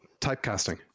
typecasting